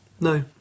No